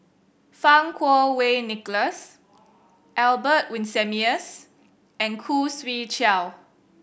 Fang Kuo Wei Nicholas Albert Winsemius and Khoo Swee Chiow